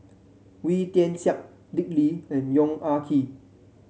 Wee Tian Siak Dick Lee and Yong Ah Kee